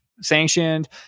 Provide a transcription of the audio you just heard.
sanctioned